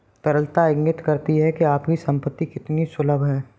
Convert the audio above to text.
तरलता इंगित करती है कि आपकी संपत्ति कितनी सुलभ है